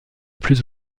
plus